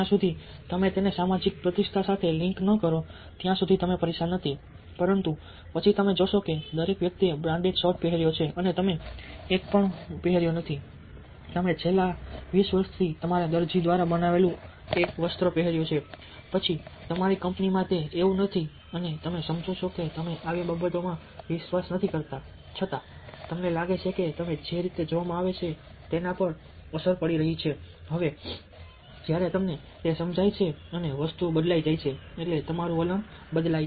જ્યાં સુધી તમે તેને સામાજિક પ્રતિષ્ઠા સાથે લિંક ન કરો ત્યાં સુધી તમે પરેશાન નથી પરંતુ પછી તમે જોશો કે દરેક વ્યક્તિએ બ્રાન્ડેડ શર્ટ પહેર્યું છે અને તમે એક પણ પહેર્યું નથી તમે છેલ્લા 20 વર્ષથી તમારા દરજી દ્વારા બનાવેલું એક પહેર્યું છે પરંતુ પછી તમારી કંપનીમાં તે છે એવું નથી અને તમે સમજો છો કે તમે આવી બાબતોમાં વિશ્વાસ નથી કરતા છતાં તમને લાગે છે કે તમને જે રીતે જોવામાં આવે છે તેના પર તેની અસર પડી રહી છે હવે જ્યારે તમને તે સમજાય છે અને વસ્તુઓ બદલાઈ જાય છે એટલે તમારું વલણ બદલાય